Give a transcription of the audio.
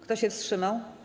Kto się wstrzymał?